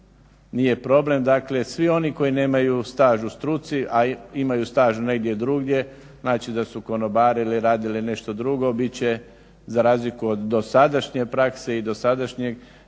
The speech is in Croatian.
nije problem. Dakle, svi oni koji nemaju staž u struci, a imaju staž negdje drugdje znači da su konobarili, radili nešto drugo bit će za razliku od dosadašnje prakse i dosadašnjeg